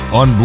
on